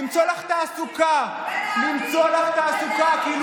השרה, כבוד